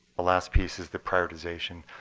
the last piece is the prioritization,